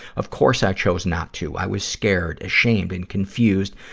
of course, i chose not to. i was scared, ashamed, and confused,